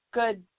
good